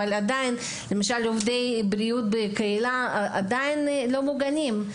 אבל עדיין עובדי בריאות בקהילה למשל עדיין לא מוגנים,